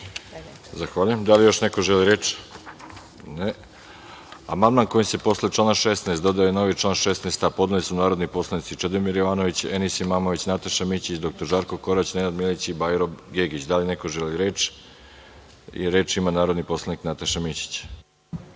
Zahvaljujem. Da li još neko želi reč? Ne. Amandman kojim se posle člana 16. dodaje novi član 16a podneli su poslanici Čedomir Jovanović, Enis Imamović, Nataša Mićić, dr Žarko Korać, Nenad Milić i Bajro Gegić. Da li neko želi reč? Reč ima narodni poslanik Nataša Mičić.